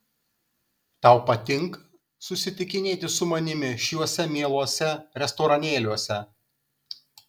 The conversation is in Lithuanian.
tau patinka susitikinėti su manimi šiuose mieluose restoranėliuose